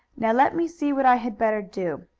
now let me see what i had better do.